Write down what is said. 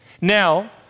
Now